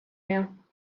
mehr